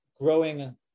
growing